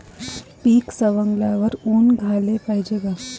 पीक सवंगल्यावर ऊन द्याले पायजे का?